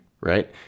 right